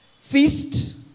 feast